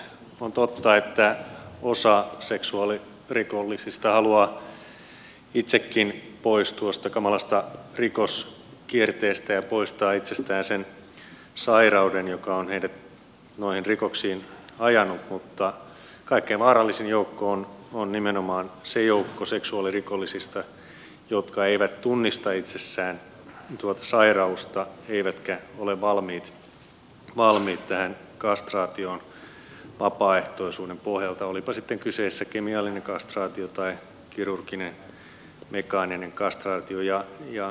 on totta että osa seksuaalirikollisista haluaa itsekin pois tuosta kamalasta rikoskierteestä ja poistaa itsestään sen sairauden joka on heidät noihin rikoksiin ajanut mutta kaikkein vaarallisin joukko on nimenomaan se joukko seksuaalirikollisista joka ei tunnista itsessään tuota sairautta eikä ole valmis tähän kastraatioon vapaaehtoisuuden pohjalta olipa sitten kyseessä kemiallinen kastraatio tai kirurginen mekaaninen kastraatio